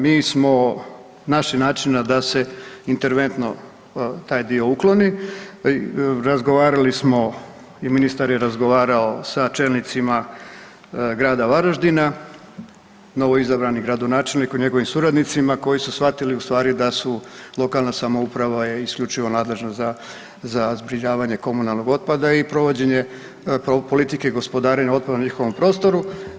Mi smo našli načina da se interventno taj dio ukloni, razgovarali smo i ministar je razgovarao sa čelnicima grada Varaždina, novoizabrani gradonačelnik i njegovim suradnicima koji su shvatili ustvari da su lokalne samouprava je isključivo nadležna za zbrinjavanje komunalnog otpada i provođenje politike gospodarenja otpadom u njihovom prostoru.